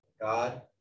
God